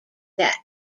that